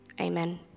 Amen